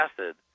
acid